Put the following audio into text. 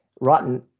rotten